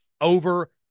over